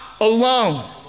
alone